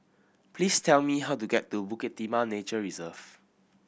please tell me how to get to Bukit Timah Nature Reserve